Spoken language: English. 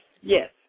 yes